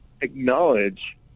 acknowledge